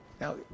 Now